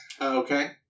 Okay